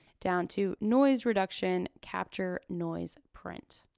down to noise reduction, capture noise, print.